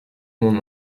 mon